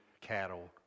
cattle